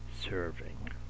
Serving